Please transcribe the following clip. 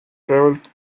travelled